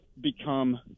become